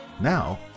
Now